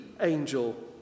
angel